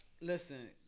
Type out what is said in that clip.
Listen